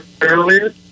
Earlier